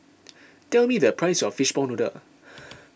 tell me the price of Fishball Noodle